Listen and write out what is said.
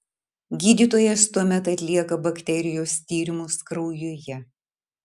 gydytojas tuomet atlieka bakterijos tyrimus kraujuje